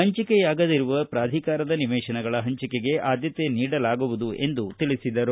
ಹಂಚಿಯಾಗದಿರುವ ಪ್ರಾಧಿಕಾರದ ನಿವೇತನಗಳ ಹಂಚಿಕೆಗೆ ಆದ್ದತೆ ನೀಡಲಾಗುವುದು ಎಂದು ಅವರು ಹೇಳಿದರು